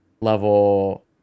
level